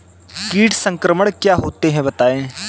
कीट संक्रमण क्या होता है बताएँ?